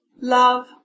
Love